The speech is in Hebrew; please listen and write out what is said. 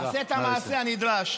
עשה את המעשה הנדרש.